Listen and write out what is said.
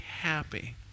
happy